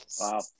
Wow